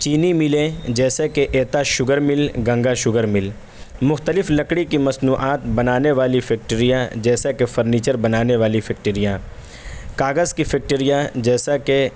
چینی ملیں جیسے کہ Etah sugar mill Ganga sugar mill مختلف لکڑی کی مصنوعات بنانے والی فیکٹریاں جیسا کہ فرنیچر بنانے والی فیکٹریاں کاغذ کی فیکٹریاں جیسا کہ